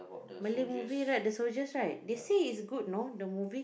Malay movie right the soldiers right they say is good nor the movie